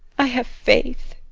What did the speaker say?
i have faith.